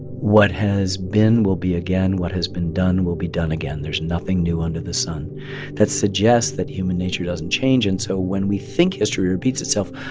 what has been will be again. what has been done will be done again. there's nothing new under the sun that suggests that human nature doesn't change. and so when we think history repeats itself,